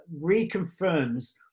reconfirms